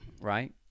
Right